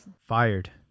fired